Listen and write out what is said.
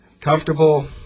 comfortable